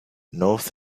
north